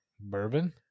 bourbon